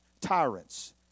tyrants